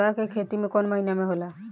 तोड़ी के खेती कउन महीना में होला?